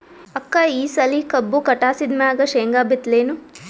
ಅಕ್ಕ ಈ ಸಲಿ ಕಬ್ಬು ಕಟಾಸಿದ್ ಮ್ಯಾಗ, ಶೇಂಗಾ ಬಿತ್ತಲೇನು?